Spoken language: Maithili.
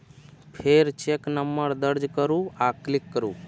फेर चेक नंबर दर्ज करू आ क्लिक करू